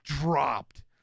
dropped